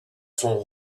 sont